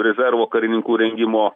rezervo karininkų rengimo